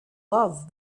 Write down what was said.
love